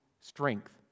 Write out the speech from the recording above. strength